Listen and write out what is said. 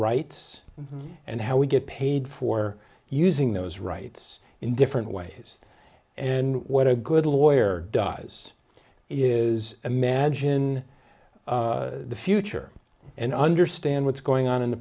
rights and how we get paid for using those rights in different ways and what a good lawyer does is imagine the future and understand what's going on in the